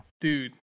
Dude